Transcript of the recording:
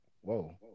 Whoa